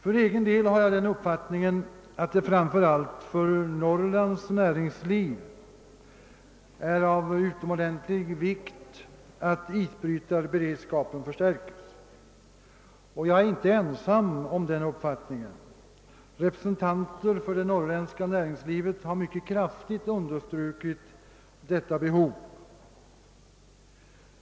För egen del har jag den uppfattningen att det framför allt för Norrlands näringsliv är av utomordentlig vikt att isbrytarberedskapen stärkes. Jag är inte ensam om den uppfattningen. Representanter för det norrländska näringslivet har mycket kraftigt understrukit detta behov.